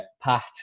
Pat